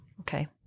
Okay